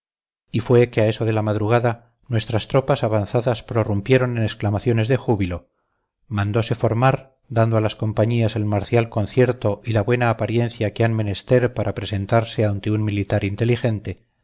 y fue que a eso de la madrugada nuestras tropas avanzadas prorrumpieron en exclamaciones de júbilo mandose formar dando a las compañías el marcial concierto y la buena apariencia que han menester para presentarse ante un militar inteligente